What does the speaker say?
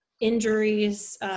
injuries